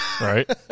Right